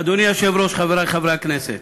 אדוני היושב-ראש, חברי חברי הכנסת,